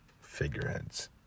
figureheads